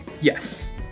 Yes